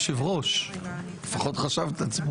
או עוקפים את יושב-ראש הוועדה או לא עוקפים את יושב-ראש